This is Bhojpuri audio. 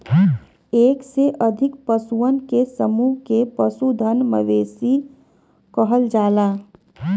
एक से अधिक पशुअन के समूह के पशुधन, मवेशी कहल जाला